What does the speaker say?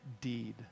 deed